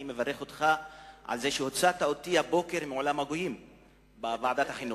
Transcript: אני מברך אותך על זה שהוצאת אותי היום מעולם הגויים בוועדת החינוך.